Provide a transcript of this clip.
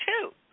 two